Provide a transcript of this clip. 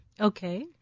Okay